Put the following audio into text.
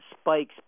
spikes